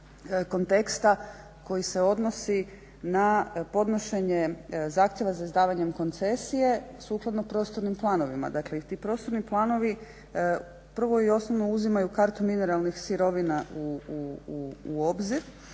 konteksta koji se odnosi na podnošenje zahtjeva za izdavanjem koncesije sukladno prostornim planovima, dakle i ti prostorni planovi prvo i osnovno uzimaju kartu mineralnih sirovina u obzir.